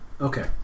Okay